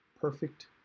perfect